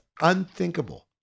unthinkable